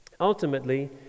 Ultimately